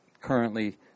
currently